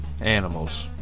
animals